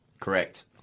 Correct